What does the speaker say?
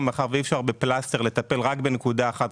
מאחר ואי אפשר בפלסטר לטפל רק בנקודה אחת,